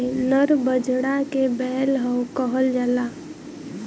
नर बछड़ा के बैल कहल जाला